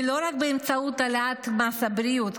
ולא רק באמצעות העלאת מס הבריאות,